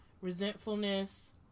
resentfulness